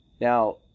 Now